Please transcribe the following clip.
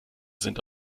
sind